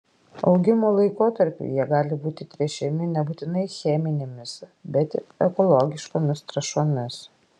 augimo laikotarpiu jie gali būti tręšiami nebūtinai cheminėmis bet ir ekologiškomis trąšomis